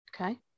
Okay